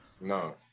No